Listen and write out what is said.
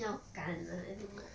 要赶的什么